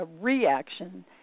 reaction